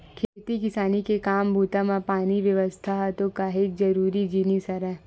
खेती किसानी के काम बूता म पानी के बेवस्था ह तो काहेक जरुरी जिनिस हरय